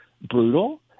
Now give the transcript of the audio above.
brutal